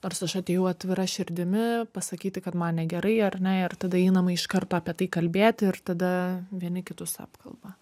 nors aš atėjau atvira širdimi pasakyti kad man negerai ar ne ir tada einama iš karto apie tai kalbėti ir tada vieni kitus apkalba